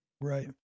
Right